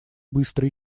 быстро